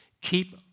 keep